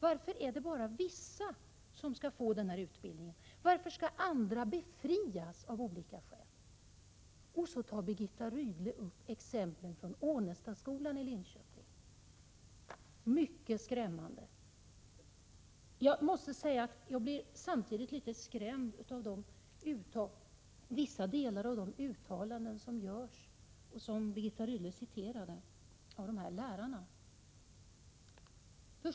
Varför är det bara vissa som skall få den här utbildningen? Varför skall andra av olika skäl befrias? Sedan tar Birgitta Rydle upp exemplet från Ånestadsskolan i Linköping. Det är mycket skrämmande. Jag måste säga att jag samtidigt blir litet skrämd av vissa delar av de uttalanden som görs av de här lärarna och som Birgitta Rydle citerade.